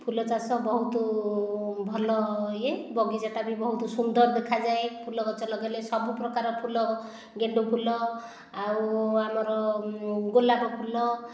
ଫୁଲ ଚାଷ ବହୁତ ଭଲ ଇଏ ବଗିଚା ଟା ବି ବହୁତ ସୁନ୍ଦର ଦେଖାଯାଏ ଫୁଲ ଗଛ ଲଗେଇଲେ ସବୁ ପ୍ରକାର ଫୁଲ ଗେଣ୍ଡୁ ଫୁଲ ଆଉ ଆମର ଗୋଲାପ ଫୁଲ